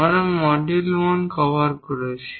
আমরা module 1 cover করছি